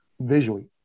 visually